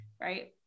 Right